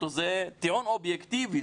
זה טיעון אובייקטיבי,